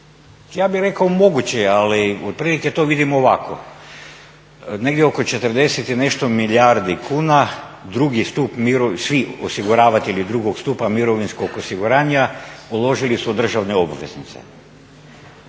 ja bih rekao moguće je ali otprilike to vidim ovako. Negdje oko 40 i nešto milijardi kuna drugi je stup, svi osiguravatelji drugog stupa mirovinskog osiguranja uložili su u državne obveznice,